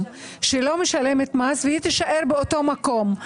שלא משלמת מס והיא תישאר באותו מקום.